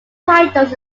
titles